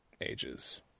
ages